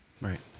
Right